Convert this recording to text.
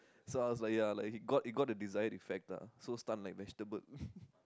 so I was like ya like he got he got the desired effect ah so stun like vegetable